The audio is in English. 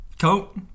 Cool